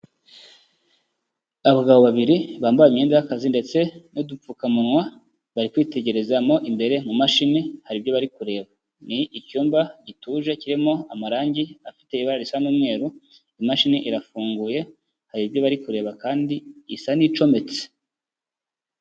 Abagabo babiri bambaye imyenda y'akazi ndetse n'udupfukamunwa, bari kwitegereza mo imbere mu mashini hari ibyo bari kureba, ni icyumba gituje kirimo amarangi afite ibara risa n'umweru, imashini irafunguye hari ibyo bari kureba kandi isa n'icometse.